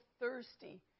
thirsty